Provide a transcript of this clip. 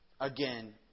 Again